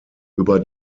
über